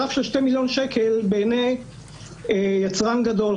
הרף של שני מיליון שקל בעיני יצרן גדול,